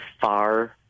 far